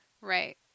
right